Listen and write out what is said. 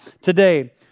today